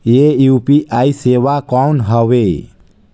ये यू.पी.आई सेवा कौन हवे?